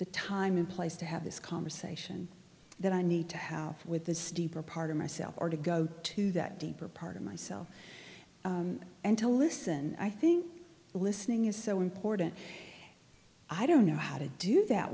the time in place to have this conversation that i need to have with this deeper part of myself or to go to that deeper part of myself and to listen i think listening is so important i don't know how to do that